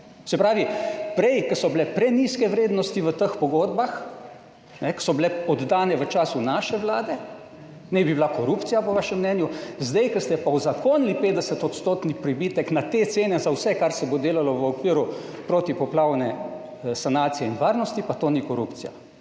Se pravi prej, ko so bile prenizke vrednosti v teh pogodbah, ki so bile oddane v času naše vlade, naj bi bila korupcija, po vašem mnenju. Zdaj, ko ste pa uzakonili 50 % pribitek na te cene za vse, kar se bo delalo v okviru protipoplavne sanacije in varnosti pa to ni korupcija.